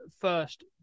first